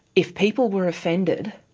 if people were offended,